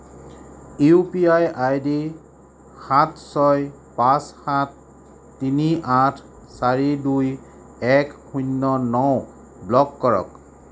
UPI ID সাত ছয় পাঁচ সাত তিনি আঠ চাৰি দুই এক শূন্য ন ব্লক কৰক